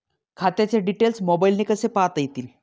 खात्याचे डिटेल्स मोबाईलने कसे पाहता येतील?